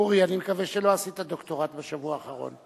אורי, אני מקווה שלא עשית דוקטורט בשבוע האחרון.